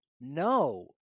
No